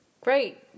great